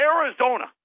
Arizona